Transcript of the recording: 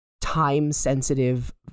time-sensitive